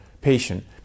patient